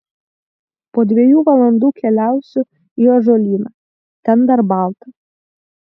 po dviejų valandų keliausiu į ąžuolyną ten dar balta